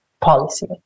policy